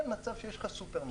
תאר מצב שיש לך סופרמרקט